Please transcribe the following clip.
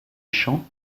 champs